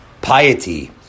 piety